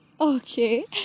Okay